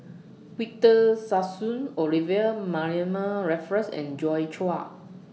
Victor Sassoon Olivia Mariamne Raffles and Joi Chua